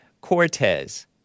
Cortez